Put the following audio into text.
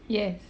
yes